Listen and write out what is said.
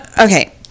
Okay